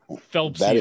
Phelps